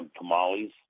tamales